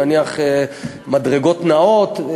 נניח מדרגות נעות,